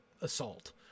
assault